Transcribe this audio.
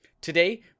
Today